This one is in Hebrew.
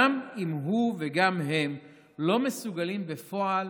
גם אם הוא וגם הם לא מסוגלים בפועל